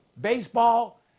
baseball